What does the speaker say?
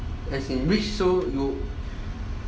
as in rich so you